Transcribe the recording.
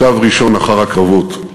מכתב ראשון אחר הקרבות: